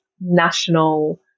national